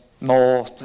more